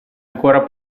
ancora